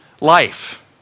life